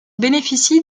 bénéficie